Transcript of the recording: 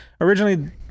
originally